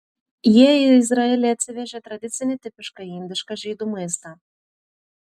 jie į izraelį atsivežė tradicinį tipišką indišką žydų maistą